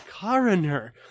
coroner